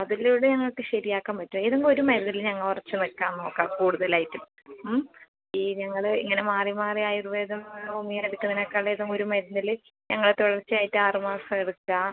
അതിലൂടെ ഞങ്ങൾക്ക് ശരി ആക്കാൻ പറ്റു ഏതെങ്കിലും ഒരു മരുന്നിൽ ഞങ്ങൾ ഉറച്ച് നിൽക്കാൻ നോക്കാം കൂടുതലായിട്ടും ഉം ഈ ഞങ്ങള് ഇങ്ങനെ മാറി മാറി ആയുർവേദം ഹോമിയോ എടുക്കുന്നതിനേക്കളൂം നേതാക്കളും ഏതെങ്കിലും ഒരു മരുന്നിൽ ഞങ്ങൾ തുടർച്ചയായിട്ട് ആറ് മാസം എടുക്കാം